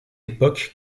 époque